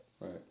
right